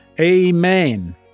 Amen